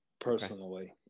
personally